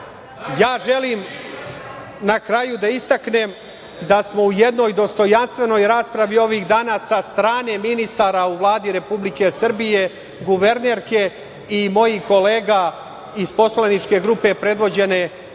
Ja želim na kraju da istaknem da smo u jednoj dostojanstvenoj raspravi ovih dana sa strane ministara u Vladi Republike Srbije, guvernerke i mojih kolega iz poslaničke grupe predvođene